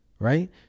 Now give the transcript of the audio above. right